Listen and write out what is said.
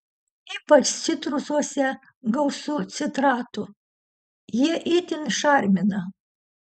ypač citrusuose gausu citratų jie itin šarmina